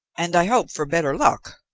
and i hope for better luck.